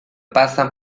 pasan